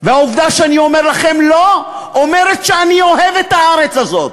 העובדה שאני אומר לכם לא אומרת שאני אוהב את הארץ הזאת,